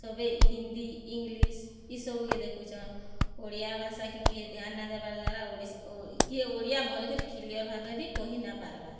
ସବେ ହିନ୍ଦୀ ଇଂଲିଶ୍ ଇ ସବୁକେ ଦେଖୁଛନ୍ ଓଡ଼ିଆ ଭାଷାକେ କିଏ ଧ୍ୟାନ୍ ନାହିଁ ଦେବାର ଦ୍ଵାରା କିଏ ଓଡ଼ିଆ ଭଲ କରି କ୍ଲିୟର୍ ଭାବେ ବି କହିନା ପାରବା